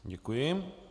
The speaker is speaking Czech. Děkuji.